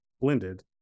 blended